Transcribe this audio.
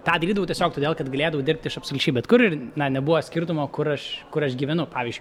tą darydavau tiesiog todėl kad galėdavau dirbti iš absoliučiai bet kur ir na nebuvo skirtumo kur aš kur aš gyvenu pavyzdžiui